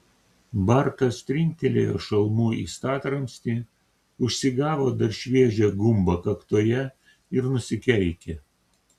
bartas trinktelėjo šalmu į statramstį užsigavo dar šviežią gumbą kaktoje ir nusikeikė